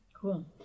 Cool